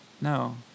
No